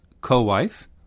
co-wife